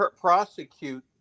prosecute